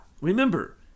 remember